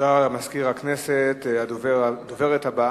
הרווחה והבריאות,